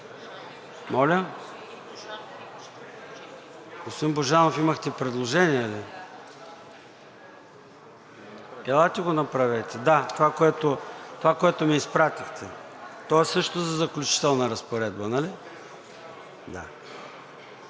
Господин Божанов, имахте предложение ли? Да. Елате го направете – да, това, което ми изпратихте. То също е за Заключителната разпоредба, нали? Да.